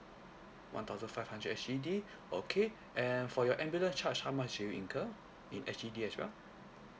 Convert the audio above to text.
one thousand five hundred S_G_D okay and for your ambulance charge how much did you incur in S_G_D as well